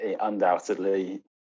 undoubtedly